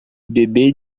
bebê